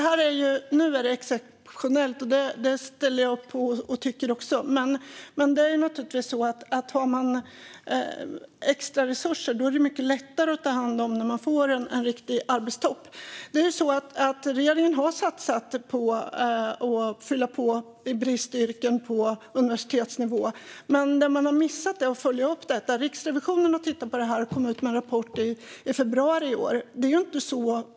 Herr talman! Jag ställer upp på att det är en exceptionell situation nu. Men om man har extra resurser blir det mycket lättare att hantera en riktig arbetstopp. Regeringen har gjort satsningar för att på universitetsnivå fylla på i bristyrken. Men man har missat att följa upp det hela. Riksrevisionen har tittat på det här och kom med en rapport i februari i år.